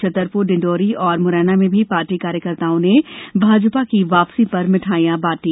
छतरपुर और मुरैना में भी पार्टी कार्यकर्ताओं ने भाजपा की वापसी पर मिठाईयां बांटी